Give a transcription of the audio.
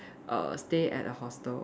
err stay at a hostel